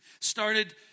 Started